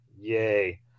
Yay